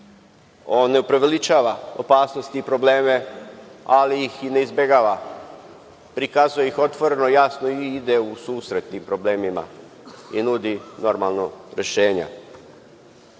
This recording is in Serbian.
on ne preuveličava opasnosti i probleme, ali ih i ne izbegava. Prikazuje ih otvoreno, jasno ide u susret tim problemima i nudi normalno rešenje. Ono